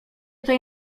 tej